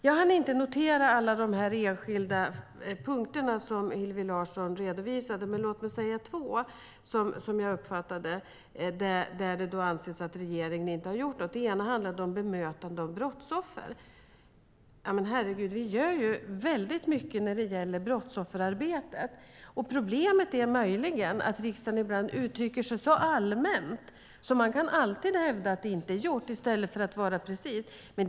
Jag hann inte notera alla de enskilda punkter Hillevi Larsson redovisade, men låt mig ta upp två av dem jag uppfattade och där det alltså anses att regeringen inte har gjort något. En punkt handlade om bemötande av brottsoffer. Men herregud - vi gör väldigt mycket när det gäller brottsofferarbetet! Problemet är möjligen att riksdagen ibland, i stället för att vara precis, uttrycker sig så allmänt att man alltid kan hävda att det inte är gjort.